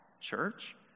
church